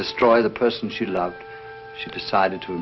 destroy the person she loved she decided to